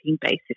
basis